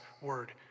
word